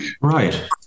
right